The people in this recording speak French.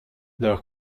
leur